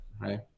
right